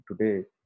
Today